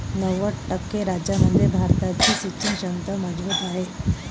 नव्वद टक्के राज्यांमध्ये भारताची सिंचन क्षमता मजबूत आहे